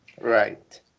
right